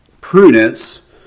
prudence